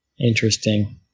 Interesting